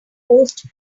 post